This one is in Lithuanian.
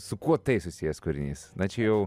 su kuo tai susijęs kūrinys na čia jau